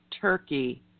Turkey